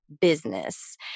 business